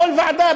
בכל ועדה,